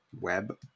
web